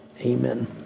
amen